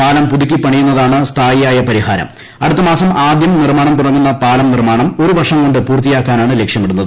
പാലം പുതുക്കിപ്പണിയുന്നതാണ് അടുത്തമാസം ആദ്യം നിർമാണം തുടങ്ങുന്ന പാലം നിർമ്മാണം ഒരു വർഷംകൊണ്ട് പൂർത്തിയാക്കാനാണ് ലക്ഷ്യമിടുന്നത്